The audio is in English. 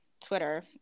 Twitter